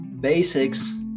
Basics